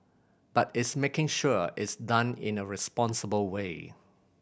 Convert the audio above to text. but it's making sure it's done in a responsible way